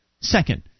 Second